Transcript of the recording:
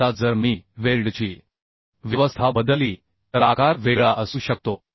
आता जर मी वेल्डची व्यवस्था बदलली तर आकार वेगळा असू शकतो